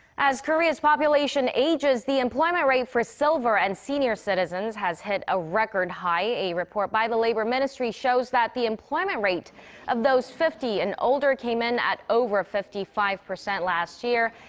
as korea's population ages, the employment rate for silver and senior citizens has hit a record high. a report by the labor ministry shows. that the employment rate of those fifty and older came in at over fifty five percent last year.